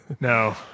No